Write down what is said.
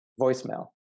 voicemail